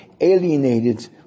alienated